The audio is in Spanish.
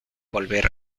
volver